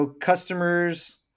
customers